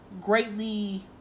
greatly